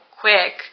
quick